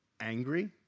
angry